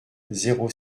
zéro